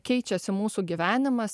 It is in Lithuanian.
keičiasi mūsų gyvenimas